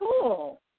cool